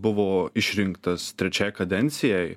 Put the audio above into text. buvo išrinktas trečiai kadencijai